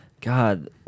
God